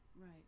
Right